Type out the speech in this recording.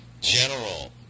general